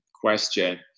question